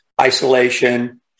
isolation